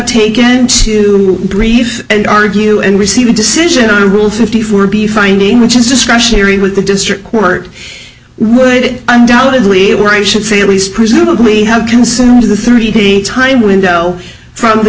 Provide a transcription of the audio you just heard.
taken to brief and argue and receive a decision on a rule fifty four b finding which is discretionary with the district court would undoubtedly or a should say at least presumably have consumed the thirty time window from the